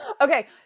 okay